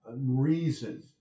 reason